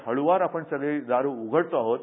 हळुवार आपण सगळे दार उघडत आहोत